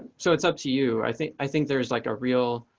so it's up to you, i think. i think there's like a real